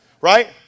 Right